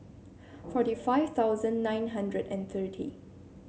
forty five thousand nine hundred and thirty